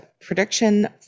prediction